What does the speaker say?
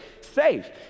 safe